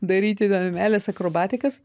daryti ten meilės akrobatikas